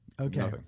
Okay